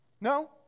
No